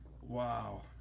Wow